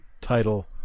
title